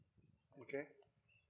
okay